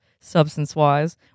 substance-wise